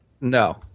No